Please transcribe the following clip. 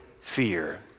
fear